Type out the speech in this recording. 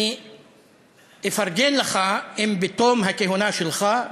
אני אפרגן לך אם בתום הכהונה שלך,